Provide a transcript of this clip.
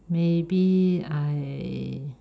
maybe I